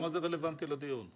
מה זה רלבנטי לדיון?